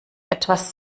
etwas